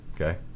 Okay